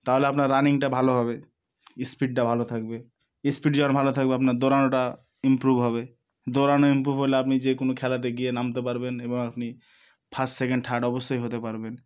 তাহলে আপনার রানিংটা ভালো হবে স্পিডটা ভালো থাকবে স্পিড যখন ভালো থাকবে আপনার দৌড়ানোটা ইম্প্রুভ হবে দৌড়ানো ইম্প্রুভ হলে আপনি যে কোনো খেলাতে গিয়ে নামতে পারবেন এবং আপনি ফার্স্ট সেকেন্ড থার্ড অবশ্যই হতে পারবেন